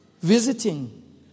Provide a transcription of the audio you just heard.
visiting